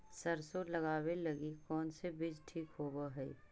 सरसों लगावे लगी कौन से बीज ठीक होव हई?